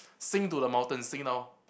sing to the mountains sing now